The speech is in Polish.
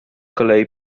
kolei